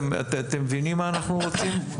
אתם מבינים מה אנחנו רוצים?